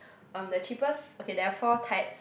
um the cheapest okay there are four types